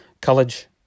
College